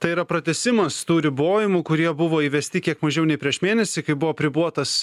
tai yra pratęsimas tų ribojimų kurie buvo įvesti kiek mažiau nei prieš mėnesį kai buvo apribotas